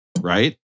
right